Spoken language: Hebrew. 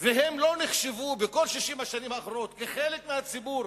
הם לא נחשבו בכל 60 השנים האחרונות כחלק מהציבור